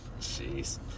Jeez